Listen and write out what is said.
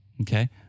Okay